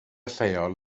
lleol